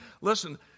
listen